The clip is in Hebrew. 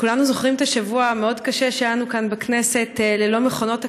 כולנו זוכרים את השבוע המאוד-קשה שהיה לנו כאן בכנסת ללא מכונות הקפה,